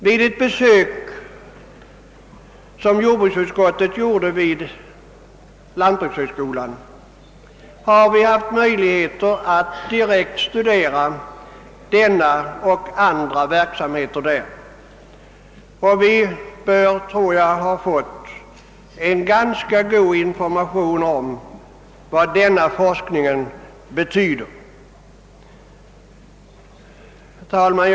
Vid ett besök som jordbruksutskottet gjort vid lantbrukshögskolan har vi haft möjligheter att direkt studera den aktuella verksamheten och även andra verksamheter där. Vi bör, tror jag, ha fått en ganska god information om vad denna forskning betyder. Herr talman!